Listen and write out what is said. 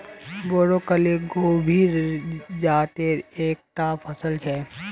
broccoli गोभीर जातेर एक टा फसल छे